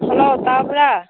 hello ꯇꯥꯕ꯭ꯔ